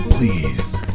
Please